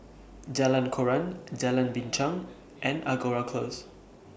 Jalan Koran Jalan Binchang and Angora Close